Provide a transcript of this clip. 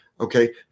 okay